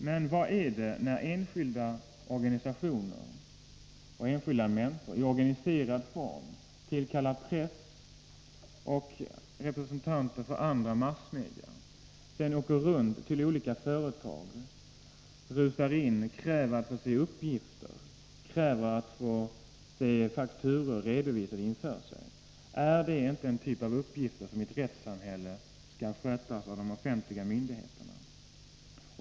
Men vad kallas det förfarandet att enskilda organisationer och enskilda människor i organiserad form tillkallar press och representanter för andra massmedia och med dem åker runt till olika företag, rusar in och kräver att få se uppgifter, kräver att få se fakturor redovisade för sig? Är det inte en typ av uppgifter som i ett rättssamhälle skall skötas av offentliga myndigheter?